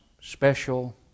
special